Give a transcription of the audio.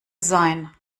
sein